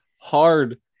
hard